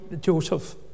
Joseph